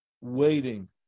waiting